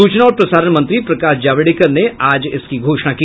सूचना और प्रसारण मंत्री प्रकाश जावड़ेकर ने इसकी घोषणा की